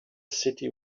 city